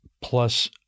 plus